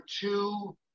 two